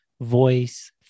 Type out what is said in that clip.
voice